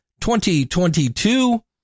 2022